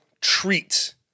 treat